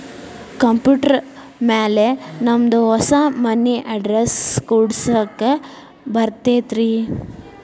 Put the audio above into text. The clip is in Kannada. ಕಂಪ್ಯೂಟರ್ ಮ್ಯಾಲೆ ನಮ್ದು ಹೊಸಾ ಮನಿ ಅಡ್ರೆಸ್ ಕುಡ್ಸ್ಲಿಕ್ಕೆ ಬರತೈತ್ರಿ?